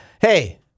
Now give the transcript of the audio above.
hey